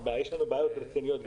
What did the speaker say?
גם אצלנו יש בעיות רציניות.